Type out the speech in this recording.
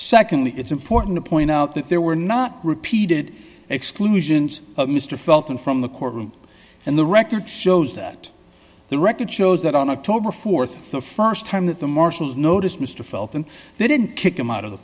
secondly it's important to point out that there were not repeated exclusions of mr felton from the courtroom and the record shows that the record shows that on october th the st time that the marshals noticed mr fulton they didn't kick him out of the